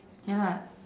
ya lah